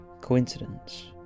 coincidence